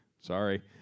Sorry